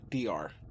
DR